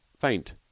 faint